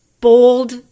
bold